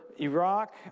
Iraq